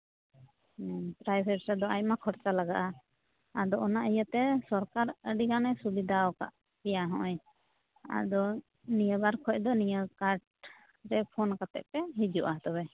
ᱦᱩᱸ ᱯᱨᱟᱭᱵᱷᱮᱹᱴ ᱨᱮᱫᱚ ᱟᱭᱢᱟ ᱠᱷᱚᱨᱪᱟ ᱞᱟᱜᱟᱜᱼᱟ ᱟᱫᱚ ᱚᱱᱟ ᱤᱭᱟᱹᱛᱮ ᱥᱚᱨᱠᱟᱨ ᱟᱹᱰᱤ ᱜᱟᱱᱮ ᱥᱩᱵᱤᱫᱷᱟᱣ ᱠᱟᱜ ᱯᱮᱭᱟ ᱦᱚᱸᱜᱼᱚᱭ ᱟᱫᱚ ᱱᱤᱭᱟᱹ ᱵᱟᱨ ᱠᱷᱚᱱ ᱫᱚ ᱱᱤᱭᱟ ᱠᱟᱨᱰ ᱨᱮ ᱯᱷᱳᱱ ᱠᱟᱛᱮ ᱯᱮ ᱦᱤᱡᱩᱜᱼᱟ ᱛᱚᱵᱮ